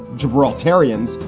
gibraltarians,